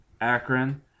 Akron